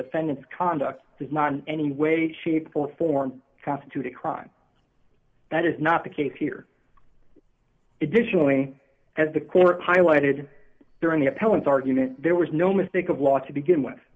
defendant's conduct does not any way shape or form constitute a crime that is not the case here additionally as the court highlighted during the appellate argument there was no mistake of law to begin with